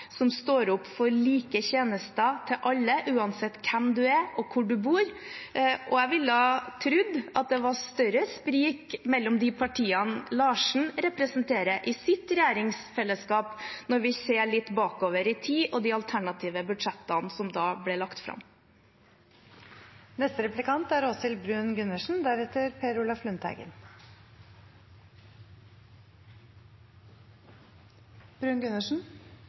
som står opp for like tjenester til alle, uansett hvem du er og hvor du bor. Jeg ville trodd det var større sprik mellom de partiene representanten Larsen representer i sitt regjeringsfelleskap, når vi ser litt bakover i tid og i de alternative budsjettene som da ble lagt fram. For Fremskrittspartiet er